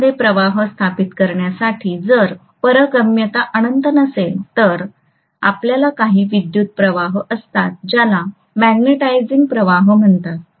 कोरमध्ये प्रवाह स्थापित करण्यासाठी जर पारगम्यता अनंत नसेल तर आपल्याला काही विद्युतप्रवाह असतात ज्याला मॅग्नेटिझिंग प्रवाह म्हणतात